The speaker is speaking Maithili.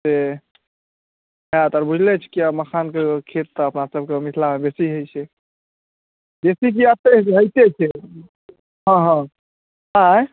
से होयत आओर बुझले अछि मखानके खेत अपना मिथिलामे बेसी होइत छै बेसी की एतऽ होइते छै हँ हँ आँय